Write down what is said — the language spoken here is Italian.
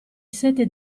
sette